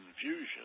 confusion